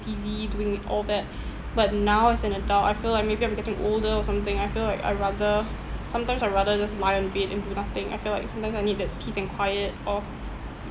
T_V doing all that but now as an adult I feel like maybe I'm getting older or something I feel like I rather sometimes I rather just lie on the bed and do nothing I feel like sometimes I need that peace and quiet of